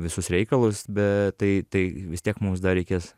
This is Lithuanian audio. visus reikalus bet tai tai vis tiek mums dar reikės